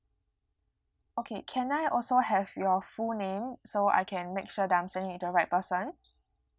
okay can I also have your full name so I can make sure I'm sending it to the right person